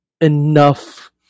enough